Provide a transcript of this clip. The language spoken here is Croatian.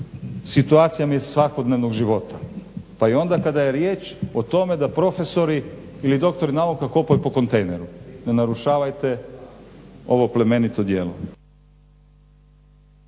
situacijama iz svakodnevnog života pa onda kada je riječ o tome da profesori ili doktori nauka kopaju po kontejneru. Ne narušavajte ovo plemenito djelo.